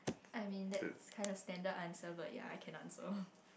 I mean that's kind of standard answer but ya I can answer